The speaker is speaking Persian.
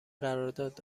قرارداد